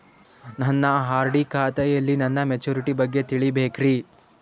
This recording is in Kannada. ನನ್ನ ಆರ್.ಡಿ ಖಾತೆಯಲ್ಲಿ ನನ್ನ ಮೆಚುರಿಟಿ ಬಗ್ಗೆ ತಿಳಿಬೇಕ್ರಿ